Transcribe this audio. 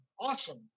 awesome